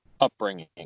upbringing